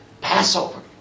Passover